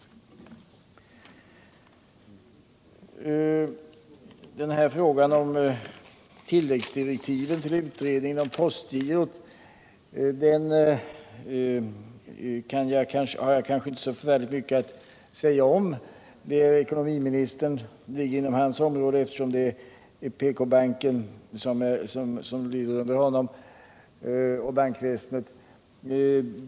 Beträffande frågan om tilläggsdirektiven till utredningen om postgirot har jag kanske inte så mycket att säga. Det ligger inom ekonomiministerns område, eftersom bankväsendet och därmed även PK-banken lyder under honom.